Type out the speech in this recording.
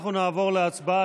אנחנו נעבור להצבעה.